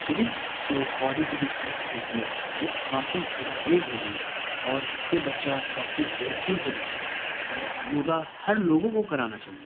physics جو body کی جو فزکس ہوتی ہے وہ کافی بہترین ہوگی اور اس سے بچہ کافی ہیلپفل ہوگا اور یوگا ہر لوگوں کو کرانا چاہیے